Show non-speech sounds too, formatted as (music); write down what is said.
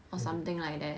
(laughs)